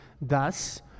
Thus